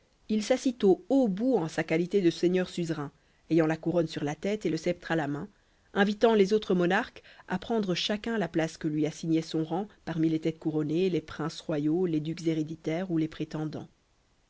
il s'assit au haut bout en sa qualité de seigneur suzerain ayant la couronne sur la tête et le sceptre à la main invitant les autres monarques à prendre chacun la place que lui assignait son rang parmi les têtes couronnées les princes royaux les ducs héréditaires ou les prétendants